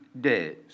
days